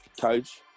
coach